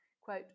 quote